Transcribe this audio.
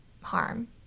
harm